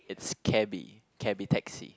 it's cabby cabby taxi